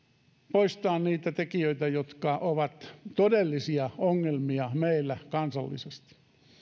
poistaa niitä tekijöitä jotka ovat todellisia ongelmia meillä kansallisesti